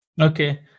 Okay